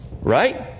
right